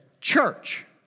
church